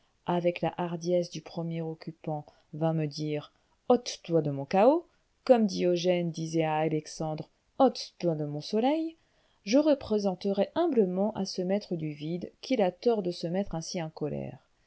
avec la hardiesse du premier occupant vînt me dire ote toi de mon chaos comme diogène disait à alexandre ote toi de mon soleil je représenterais humblement à ce maître du vide qu'il a tort de se mettre ainsi en colère